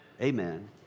Amen